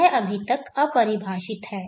यह अभी तक अपरिभाषित है